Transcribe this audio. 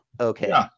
Okay